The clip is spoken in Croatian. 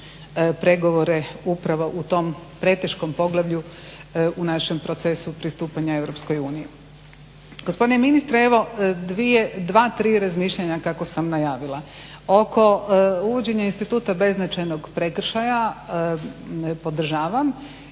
pregovore upravo u tom preteškom poglavlju u našem procesu pristupanja Europskoj uniji. Gospodine ministre, evo dva-tri razmišljanja kako sam najavila. Oko uvođenja instituta beznačajnog prekršaja podržavam